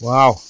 Wow